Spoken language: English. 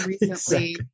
recently